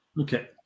Okay